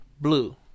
blue